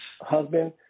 husband